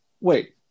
Wait